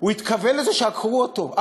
הוא התכוון לזה שעקרו אותו.